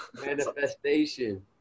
Manifestation